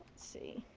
see.